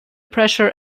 pressure